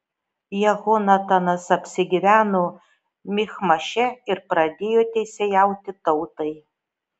jehonatanas apsigyveno michmaše ir pradėjo teisėjauti tautai